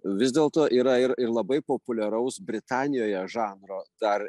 vis dėlto yra ir ir labai populiaraus britanijoje žanro dar